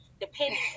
depending